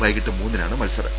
വൈകീട്ട് മൂന്നിനാണ് മത്സരം